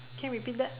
can you repeat that